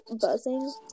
buzzing